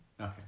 Okay